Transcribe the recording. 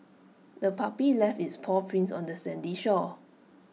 the puppy left its paw prints on the sandy shore